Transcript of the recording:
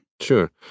Sure